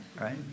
Right